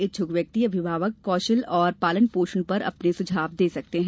इच्छ्क व्यक्ति अभिभावक कौशल और पालन पोषण पर अपने सुझाव दे सकते हैं